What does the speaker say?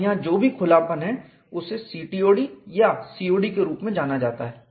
और यहाँ जो भी खुलापन ओपनिंग है उसे CTOD या COD के रूप में जाना जाता है